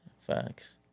Facts